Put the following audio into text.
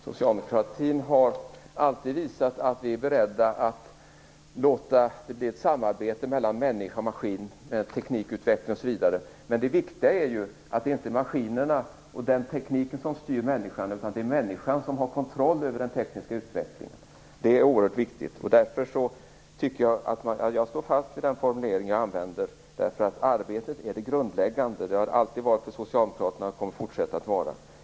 Herr talman! Inom socialdemokratin har vi alltid visat att vi är beredda att låta det bli ett samarbete mellan människa och maskin genom t.ex. teknikutveckling. Det viktiga är att det inte är maskinerna och tekniken som styr människan, utan att människan har kontroll över den tekniska utvecklingen. Det är oerhört viktigt, och därför står jag fast vid den formulering jag använde. Arbetet är det grundläggande. Det har det alltid varit för Socialdemokraterna och det kommer det att fortsätta vara.